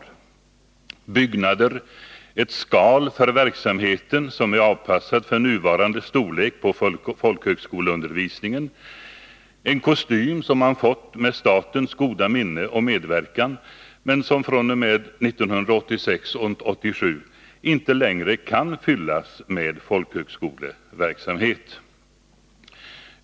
Man har byggnader, ett skal för verksamheten, som är avpassade för nuvarande storlek på folkhögskoleundervisningen, och det är en kostym som man fått med statens goda minne och medverkan men som fr.o.m. 1986/87 inte längre kan fyllas med folkhögskoleverksamhet.